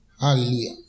Hallelujah